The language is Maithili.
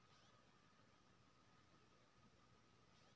कि सब लगय हय सर क्रेडिट कार्ड लय के लिए?